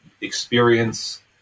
experience